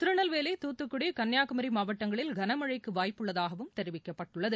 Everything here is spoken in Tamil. திருநெல்வேலி தூத்துக்குடி கன்னியாகுமரி மாவட்டங்களில் கனமழைக்கு வாய்ப்பு உள்ளதாகவும் தெரிவிக்கப்பட்டுள்ளது